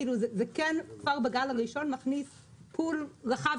כאילו זה כן כבר בגל הראשון מכניס pull רחב